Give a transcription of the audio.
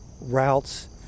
routes